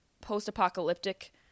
post-apocalyptic